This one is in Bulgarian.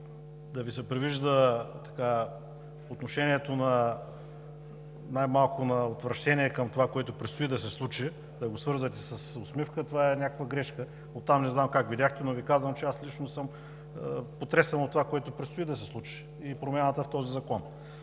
да Ви се привижда в отношението най-малко на отвращение към това, което предстои да се случи, да го свързвате с усмивка, това е някаква грешка. Оттам не знам как видяхте, но Ви казвам, че аз лично съм потресен от това, което предстои да се случи, и промяната в този закон.